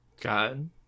God